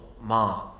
mom